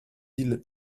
îles